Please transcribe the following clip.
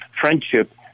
friendship